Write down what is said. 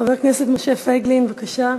חבר הכנסת משה פייגלין, בבקשה.